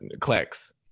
clicks